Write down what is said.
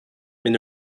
mais